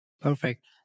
Perfect